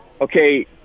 okay